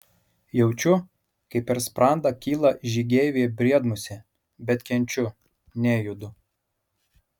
jaučiu kaip per sprandą kyla žygeivė briedmusė bet kenčiu nejudu